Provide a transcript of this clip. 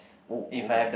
oh organise